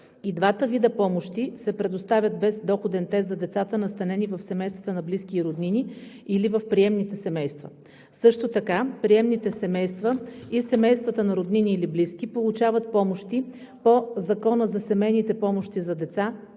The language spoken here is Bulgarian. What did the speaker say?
И двата вида помощи се предоставят без доходен тест за децата, настанени в семействата на близки и роднини или в приемните семейства. Също така, приемните семейства и семействата на роднини или близки получават помощи по Закона за семейните помощи за деца